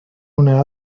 una